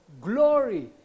glory